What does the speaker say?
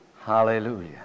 Hallelujah